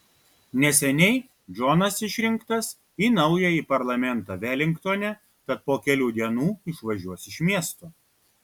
neseniai džonas išrinktas į naująjį parlamentą velingtone tad po kelių dienų išvažiuos iš miesto